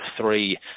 three